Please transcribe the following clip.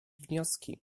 wnioski